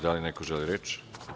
Da li neko želi reč?